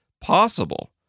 possible